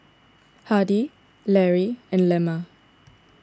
Hardie Larry and Lemma